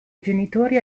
genitori